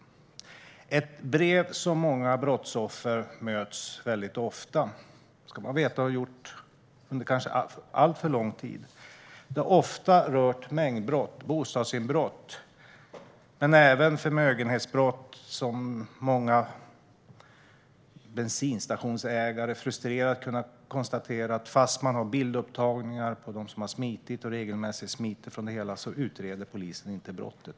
Det här är ett brev som brottsoffer väldigt ofta möts av. Kanske har det varit så under alltför lång tid. Det har ofta rört mängdbrott, som bostadsinbrott, men även förmögenhetsbrott. Många bensinstationsägare har frustrerat kunnat konstatera att fast man har bildupptagningar på dem som har smitit och regelmässigt smiter utreder polisen inte brotten.